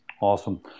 Awesome